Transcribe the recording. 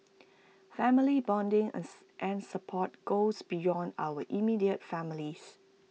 family bonding and support goes beyond our immediate families